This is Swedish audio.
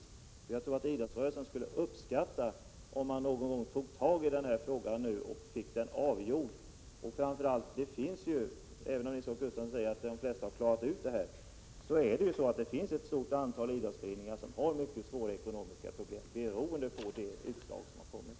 Jag tror också att idrottsrörelsen skulle uppskatta, om man någon gång tog tag i frågan och fick den avgjord. Även om Nils-Olof Gustafsson säger att de flesta idrottsföreningar har klarat ut detta finns det ett stort antal idrottsföreningar som har mycket svåra ekonomiska problem, beroende på det utslag som har kommit.